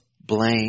blame